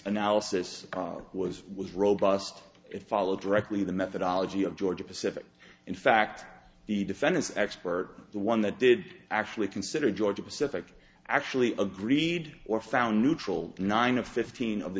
analysis was was robust it followed directly the methodology of georgia pacific in fact the defense expert the one that did actually consider georgia pacific actually agreed or found neutral nine of fifteen of the